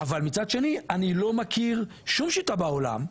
אבל מצד שני אני לא מכיר שום שיטה בעולם.